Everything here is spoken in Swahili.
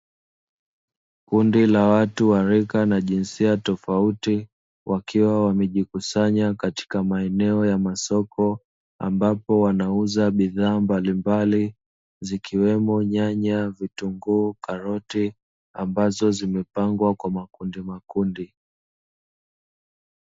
Kundi la watu na jinsia tofauti, wakiwa wamejikusanya katika maeneo yenye soko, ambapo wanauza bidhaa mbalimbali zikiwemo nyanya, vitunguu, karoti, ambazo zimepangwa kwa makundi makundi.